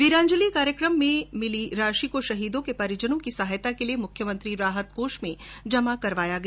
वीरांजली कार्यक्रम में मिली राशि को शहीदों के परिजनों की सहायता के लिए मुख्यमंत्री राहत कोष में जमा कराया गया